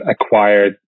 acquired